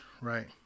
Right